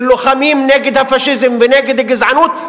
של לוחמים נגד הפאשיזם ונגד הגזענות,